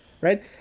right